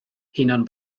hunan